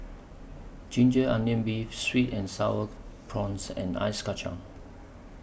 Ginger Onions Beef Sweet and Sour Prawns and Ice Kacang